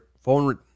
phone